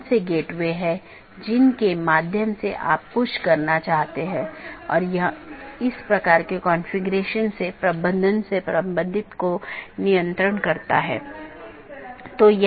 इसलिए चूंकि यह एक पूर्ण मेश है इसलिए पूर्ण मेश IBGP सत्रों को स्थापित किया गया है यह अपडेट को दूसरे के लिए प्रचारित नहीं करता है क्योंकि यह जानता है कि इस पूर्ण कनेक्टिविटी के इस विशेष तरीके से अपडेट का ध्यान रखा गया है